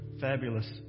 Fabulous